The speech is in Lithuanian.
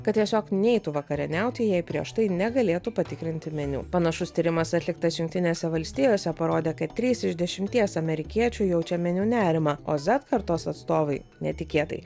kad tiesiog neitų vakarieniauti jei prieš tai negalėtų patikrinti meniu panašus tyrimas atliktas jungtinėse valstijose parodė kad trys iš dešimties amerikiečių jaučia meniu nerimą o zet kartos atstovai netikėtai